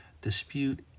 dispute